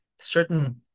certain